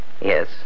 Yes